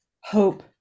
hope